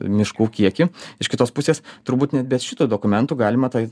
miškų kiekį iš kitos pusės turbūt net be šito dokumento galima tai